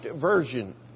Version